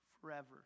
forever